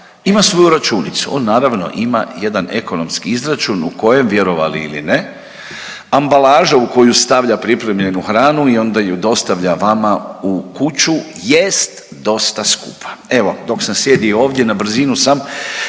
ima svoju računicu. On naravno ima jedan ekonomski izračun u kojem vjerovali ili ne, ambalaža u koju stavlja pripremljenu hranu i onda ju dostavlja vama u kuću jest dosta skupa. Evo, dok sam sjedio ovdje na brzinu sam